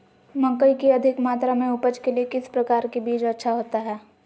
मकई की अधिक मात्रा में उपज के लिए किस प्रकार की बीज अच्छा होता है?